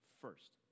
first